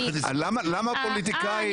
למה פוליטיקאים --- אה,